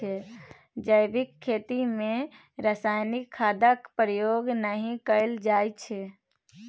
जैबिक खेती मे रासायनिक खादक प्रयोग नहि कएल जाइ छै